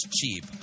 cheap